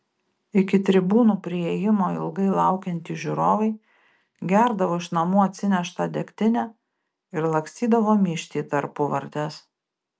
iki tribūnų priėjimo ilgai laukiantys žiūrovai gerdavo iš namų atsineštą degtinę ir lakstydavo myžti į tarpuvartes